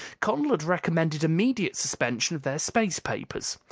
connel had recommended immediate suspension of their space papers.